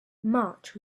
march